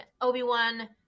Obi-Wan